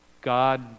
God